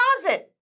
deposit